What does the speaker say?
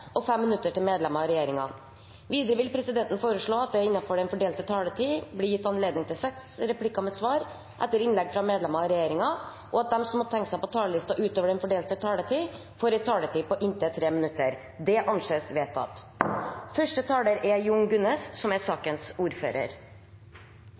til fem replikker med svar etter innlegg fra medlemmer av regjeringen, og at de som måtte tegne seg på talerlisten utover den fordelte taletid, får en taletid på inntil 3 minutter. – Det anses vedtatt. Dette er også et lovforslag det er bred enighet om i Stortinget. I dag kan en person i ett nordisk land som